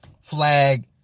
flag